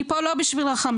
אני פה לא בשביל רחמים.